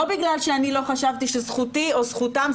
לא בגלל שלא חשבתי שזכותי או זכותם,